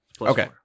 Okay